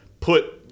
put